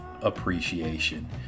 appreciation